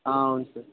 ఆ అవును సార్